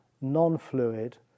non-fluid